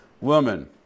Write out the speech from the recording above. woman